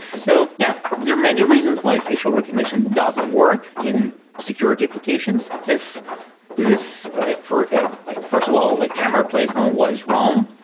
so yeah, there are many reasons why facial recognition doesn't work in security applications if this ah like first of all, like camera placement was wrong,